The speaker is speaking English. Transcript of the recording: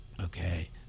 Okay